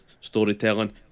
storytelling